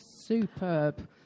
Superb